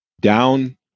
down